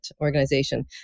organization